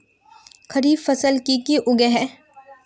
खरीफ फसल की की उगैहे?